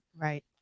Right